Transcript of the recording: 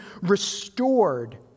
restored